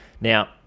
Now